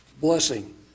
blessing